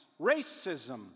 racism